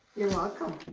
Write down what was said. you're welcome.